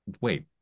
wait